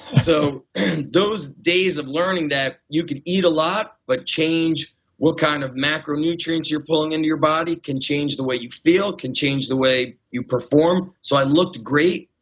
so and those days of learning that you can eat a lot but change what kind of micronutrients you're pulling in your body can change the way you feel, can change the way you perform, so i looked great,